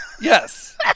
Yes